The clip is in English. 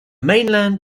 mainland